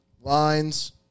Lines